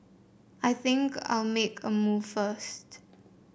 I think I'll make a move first